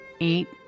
eight